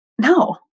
no